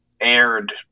aired